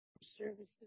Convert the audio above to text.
services